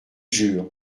jure